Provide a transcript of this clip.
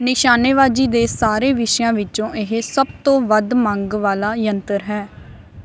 ਨਿਸ਼ਾਨੇਬਾਜ਼ੀ ਦੇ ਸਾਰੇ ਵਿਸ਼ਿਆਂ ਵਿੱਚੋਂ ਇਹ ਸਭ ਤੋਂ ਵੱਧ ਮੰਗ ਵਾਲਾ ਯੰਤਰ ਹੈ